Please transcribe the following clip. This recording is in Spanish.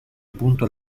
punto